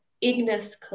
Ignis